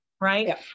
Right